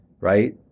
right